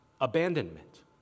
abandonment